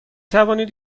توانید